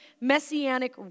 Messianic